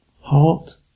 Heart